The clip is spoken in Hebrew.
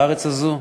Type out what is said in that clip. בארץ הזאת.